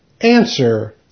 Answer